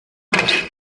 hat